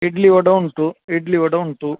ಇಡ್ಲಿ ವಡೆ ಉಂಟು ಇಡ್ಲಿ ವಡೆ ಉಂಟು